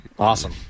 Awesome